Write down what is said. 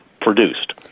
produced